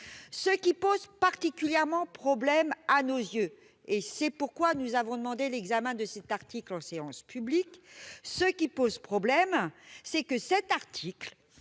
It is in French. Ce qui pose particulièrement problème à nos yeux, et c'est pourquoi nous avons demandé l'examen de cet article en séance publique, c'est que celui-ci